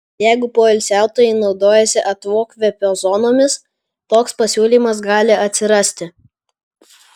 jeigu poilsiautojai naudojasi atokvėpio zonomis toks pasiūlymas gali atsirasti